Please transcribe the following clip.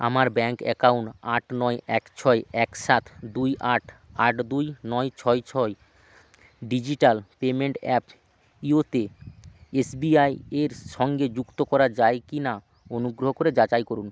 আমার bank account আট নয় এক ছয় এক সাত দুই আট আট দুই নয় ছয় ছয় ডিজিটাল পেমেন্ট অ্যাপ ইওতে এসবিআই এর সঙ্গে যুক্ত করা যায় কি না অনুগ্রহ করে যাচাই করুন